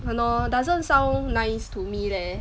!hannor! doesn't sound nice to me leh